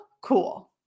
Cool